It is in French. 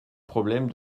problème